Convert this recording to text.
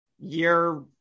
year